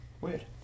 weird